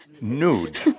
Nude